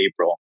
April